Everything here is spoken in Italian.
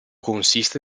consiste